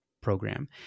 program